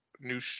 new